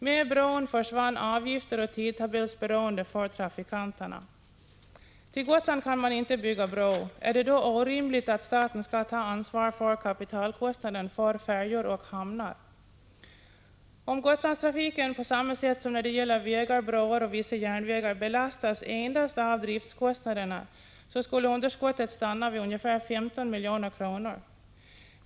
Med bron försvann avgifter och tidtabellsberoende för trafikanterna. Till Gotland kan man inte bygga bro. Är det då orimligt att staten skall ta ansvar för kapitalkostnaden för färjor och hamnar? Om Gotlandstrafiken, på samma sätt som när det gäller vägar broar och vissa järnvägar, belastas endast av driftskostnaderna skulle underskottet stanna vid ca 15 miljoner.